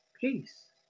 Peace